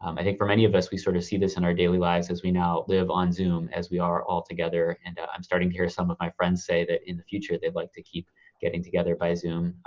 um i think for many of us we sort of see this in our daily lives, as we now live on zoom as we are all together. and i'm starting to hear some of my friends say that in the future they'd like to keep getting together by zoom,